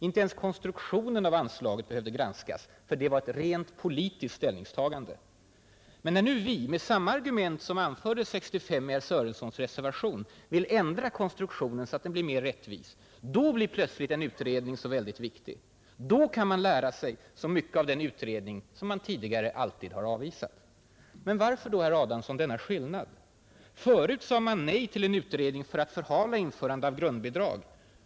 Inte ens konstruktionen av anslaget behövde granskas, för det var ett politiskt ställningstagande. Men när nu vi — med samma argument som anfördes 1965 i herr Sörensons reservation — vill ändra konstruktionen så att den blir mer rättvis, då blir plötsligt en utredning så väldigt viktig. Då kan man lära sig så mycket av den utredning som man alltid tidigare avvisat! Varför denna skillnad, herr Adamsson? Förut sade man nej till en utredning för att förhala införande av grundbidrag.